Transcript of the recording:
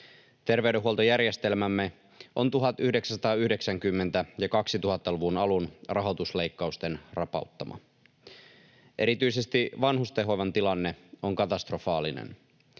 Terveydenhuoltojärjestelmämme on 1990- ja 2000-luvun alun rahoitusleikkausten rapauttama. Erityisesti vanhustenhoivan tilanne on katastrofaalinen.